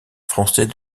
français